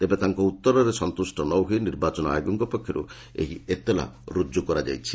ତେବେ ତାଙ୍କ ଉତ୍ତରରେ ସନ୍ତୁଷ୍ଟ ନ ହୋଇ ନିର୍ବାଚନ ଆୟୋଗଙ୍କ ପକ୍ଷରୁ ଏହି ଏତଲା ରୁଜୁ କରାଯାଇଛି